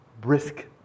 brisk